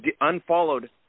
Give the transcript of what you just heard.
unfollowed